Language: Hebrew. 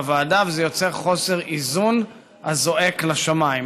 וזה יוצר חוסר איזון הזועק לשמיים.